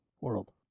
World